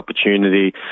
opportunity